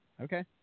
Okay